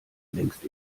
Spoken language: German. längst